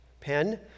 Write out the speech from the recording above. pen